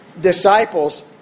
disciples